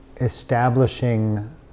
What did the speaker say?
establishing